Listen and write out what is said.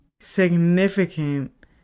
significant